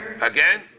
again